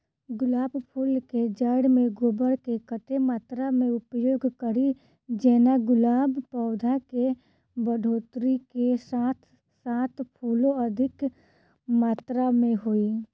गुलाब फूल केँ जैड़ मे गोबर केँ कत्ते मात्रा मे उपयोग कड़ी जेना गुलाब पौधा केँ बढ़ोतरी केँ साथ साथ फूलो अधिक मात्रा मे होइ?